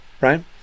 right